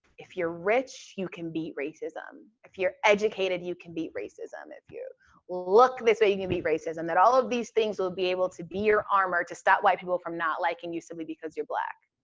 if you're rich, you can beat racism. if you're educated, you can beat racism. if you look this way, you can beat racism, that all of these things will be able to be your armor to stop white people from not liking you simply because you're black.